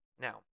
Now